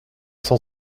cent